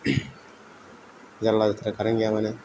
जारल्ला जाथारो कारेन्त गैयाबानो